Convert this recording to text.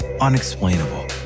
unexplainable